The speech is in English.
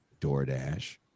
DoorDash